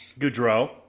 Goudreau